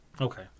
Okay